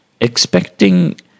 Expecting